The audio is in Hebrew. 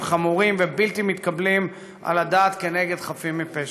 חמורים ובלתי מתקבלים על הדעת נגד חפים מפשע.